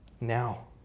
now